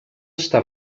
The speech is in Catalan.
està